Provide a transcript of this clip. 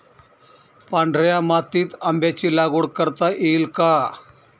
पांढऱ्या मातीत आंब्याची लागवड करता येईल का?